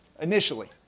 initially